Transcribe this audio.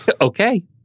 Okay